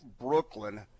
Brooklyn